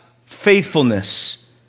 faithfulness